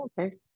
okay